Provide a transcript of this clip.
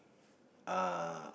uh